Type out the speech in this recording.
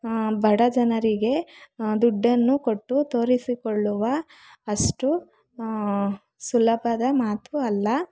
ಬಡ ಜನರಿಗೆ ದುಡ್ಡನ್ನು ಕೊಟ್ಟು ತೋರಿಸಿಕೊಳ್ಳುವ ಅಷ್ಟು ಸುಲಭದ ಮಾತು ಅಲ್ಲ